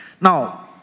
Now